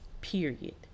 period